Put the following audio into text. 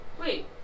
Wait